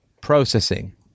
processing